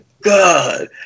God